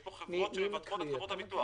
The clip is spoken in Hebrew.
יש כאן חברות שמבטחות את חברות הביטוח.